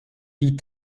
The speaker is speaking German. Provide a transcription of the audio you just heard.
die